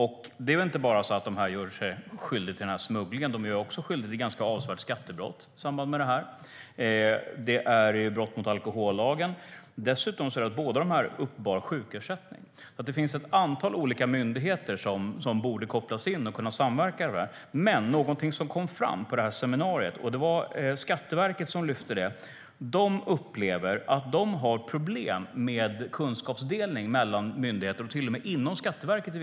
Paret har inte bara gjort sig skyldigt till smuggling och brott mot alkohollagen, utan man har också gjort sig skyldig till skattebrott. Dessutom var det så att båda uppbar sjukersättning. Det finns alltså ett antal olika myndigheter som borde kopplas in och samverka. Någonting annat som lyftes fram av Skatteverket på seminariet var att man där upplever att man har problem med kunskapsdelning mellan myndigheter och till och med inom Skatteverket.